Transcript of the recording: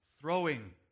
throwing